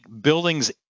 buildings